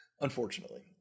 unfortunately